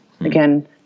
again